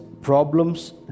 problems